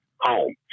home